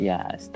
Yes